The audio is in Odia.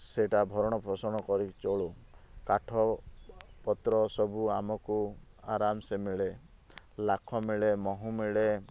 ସେଇଟା ଭରଣ ପୋଷଣ କରି ଚଳୁ କାଠ ପତ୍ର ସବୁ ଆମକୁ ଆରମ ସେ ମିଳେ ଲାଖ ମିଳେ ମହୁ ମିଳେ